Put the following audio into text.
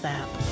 app